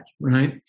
right